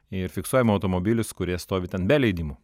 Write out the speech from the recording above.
ir fiksuojam automobilius kurie stovi ten be leidimo